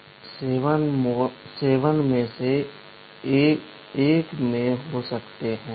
एक निश्चित समय में एक्सेक्यूशन के दौरान ARM प्रोसेसर 7 मोड में से एक में हो सकता है